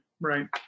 right